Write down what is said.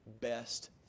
best